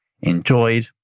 enjoyed